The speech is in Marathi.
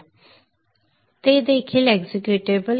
ch mod q x qsim ते देखील एक्झिक्युटेबल executable